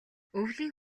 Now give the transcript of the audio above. өвлийн